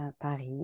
Paris